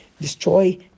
destroy